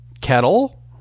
Kettle